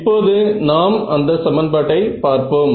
இப்போது நான் அந்த சமன் பாட்டை பார்ப்போம்